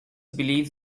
believe